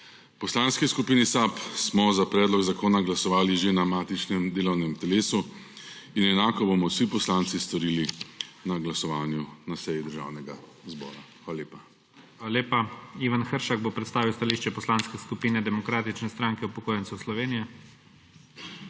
Poslanski skupini SAB smo za predlog zakona glasovali že na matičnem delovnem telesu in enako bomo vsi poslanci storili na glasovanju na seji Državnega zbora. Hvala lepa. **PREDSEDNIK IGOR ZORČIČ:** Hvala lepa. Ivan Hršak bo predstavil stališče Poslanske skupine Demokratične stranke upokojencev Slovenije. **IVAN